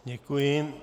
Děkuji.